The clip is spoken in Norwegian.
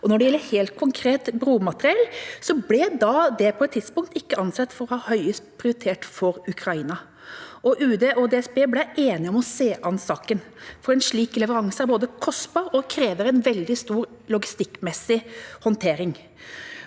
Når det helt konkret gjelder bromateriell, ble det på et tidspunkt ikke ansett for å ha høyest prioritet for Ukraina, og UD og DSB ble enige om å se an saken. En slik leveranse er både kostbar og krever en veldig stor logistikkmessig håndtering.